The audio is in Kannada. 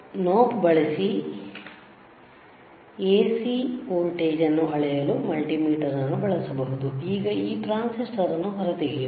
ನೋಬ್ ಬಳಸಿ AC ವೋಲ್ಟೇಜ್ ಅನ್ನು ಅಳೆಯಲು ಮಲ್ಟಿಮೀಟರ್ ಅನ್ನು ಬಳಸಬಹುದು ಈಗ ಈ ಟ್ರಾನ್ಸಿಸ್ಟರ್ ಅನ್ನು ಹೊರತೆಗೆಯಬಹುದು